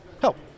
Help